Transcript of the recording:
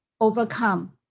overcome